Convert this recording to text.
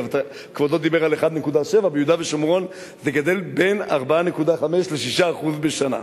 כבודו דיבר על 1.7%; ביהודה ושומרון זה גדל בין 4.5% ל-6% בשנה,